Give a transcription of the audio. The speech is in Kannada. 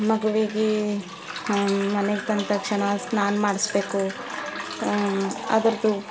ಮಗುವಿಗೆ ಮನೆಗೆ ಬಂದ ತಕ್ಷಣ ಸ್ನಾನ ಮಾಡಿಸ್ಬೇಕು ಅದರದ್ದು